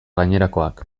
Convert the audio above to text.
gainerakoak